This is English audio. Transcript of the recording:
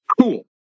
Cool